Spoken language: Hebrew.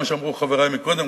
מה שאמרו חברי קודם,